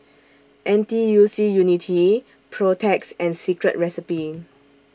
N T U C Unity Protex and Secret Recipe